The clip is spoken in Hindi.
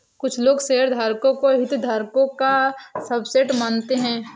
कुछ लोग शेयरधारकों को हितधारकों का सबसेट मानते हैं